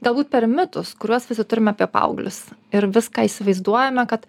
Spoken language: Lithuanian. galbūt per mitus kuriuos visi turime apie paauglius ir viską įsivaizduojame kad